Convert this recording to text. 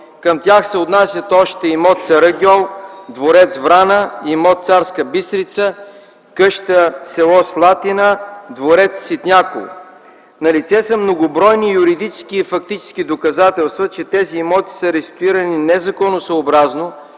Към тях се отнасят още имот „Саръгьол”, дворец „Врана”, имот „Царска Бистрица”, къща в с. Слатина, дворец „Ситняково”. Налице са многобройни юридически и фактически доказателства, че тези имоти са реституирани незаконосъобразно